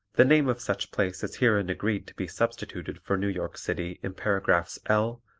the name of such place is herein agreed to be substituted for new york city in paragraphs l,